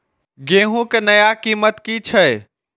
गेहूं के नया कीमत की छे?